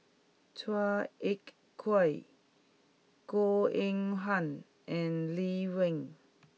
Chua Ek Kay Goh Eng Han and Lee Wen